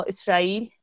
Israel